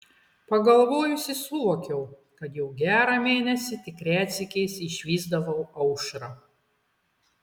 pagalvojusi suvokiau kad jau gerą mėnesį tik retsykiais išvysdavau aušrą